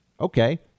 okay